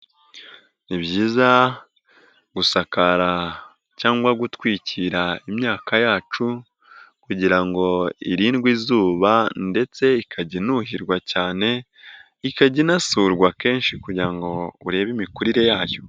Ni byiza gusakara cyangwa gutwikira imyaka yacu kugira ngo irindwe izuba ndetse ikajya inuhirwa cyane ikajya inasurwa kenshi kugira ngo urebe imikurire yayo.